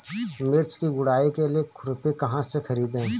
मिर्च की गुड़ाई के लिए खुरपी कहाँ से ख़रीदे?